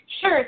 Sure